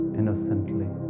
innocently